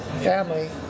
family